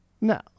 no